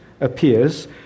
appears